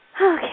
Okay